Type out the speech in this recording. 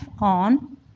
on